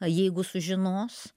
jeigu sužinos